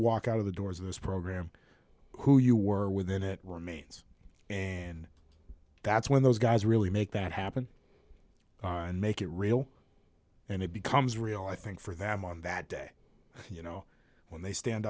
walk out of the doors of this program who you were within it remains and that's when those guys really make that happen and make it real and it becomes real i think for them on that day you know when they stand